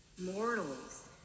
mortals